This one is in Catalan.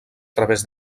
través